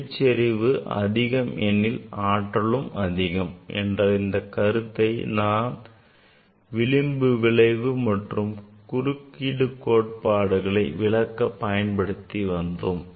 ஒளிச்செறிவு அதிகம் எனில் ஆற்றலும் அதிகம் என்ற இந்தக் கருத்தை தான் நாம் விளிம்பு விளைவு மற்றும் குறுக்கீடு கோட்பாடுகளை விளக்க பயன்படுத்தி வந்தோம்